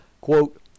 quote